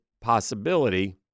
possibility